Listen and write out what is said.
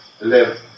live